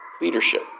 leadership